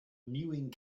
mewing